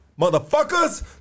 motherfuckers